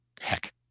heck